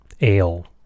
Ale